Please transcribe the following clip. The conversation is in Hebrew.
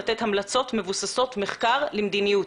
לתת המלצות מבוססות מחקר למדיניות.